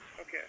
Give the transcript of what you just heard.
Okay